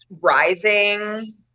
rising